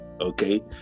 okay